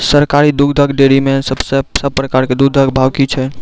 सरकारी दुग्धक डेयरी मे सब प्रकारक दूधक भाव की छै?